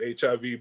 HIV